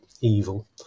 evil